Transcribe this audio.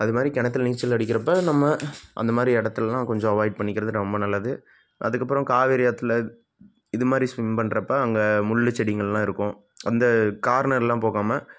அது மாதிரி கிணத்துல நீச்சல் அடிக்கிறப்போ நம்ம அந்த மாதிரி இடத்துலலாம் கொஞ்சம் அவாய்ட் பண்ணிக்கிறது ரொம்ப நல்லது அதற்கப்பறம் காவேரி ஆற்றுல இது மாதிரி ஸ்விம் பண்றப்போ அங்கே முள் செடிங்கள்லாம் இருக்கும் அந்த கார்னர்லாம் போகாமல்